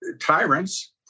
tyrants